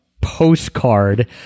postcard